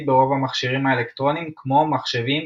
ברוב המכשירים האלקטרוניים כמו מחשבים,